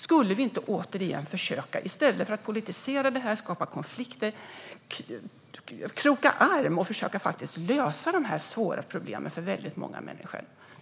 Skulle vi inte återigen kunna kroka arm - i stället för att politisera detta och skapa konflikter - och försöka lösa de här svåra problemen för väldigt många människor?